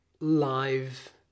Live